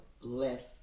less